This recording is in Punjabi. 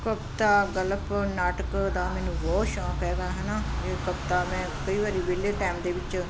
ਕਵਿਤਾ ਗਲਪ ਨਾਟਕ ਦਾ ਮੈਨੂੰ ਬਹੁਤ ਸ਼ੌਂਕ ਹੈਗਾ ਹੈ ਨਾ ਇਹ ਕਵਿਤਾ ਮੈਂ ਕਈ ਵਾਰ ਵਿਹਲੇ ਟਾਈਮ ਦੇ ਵਿੱਚ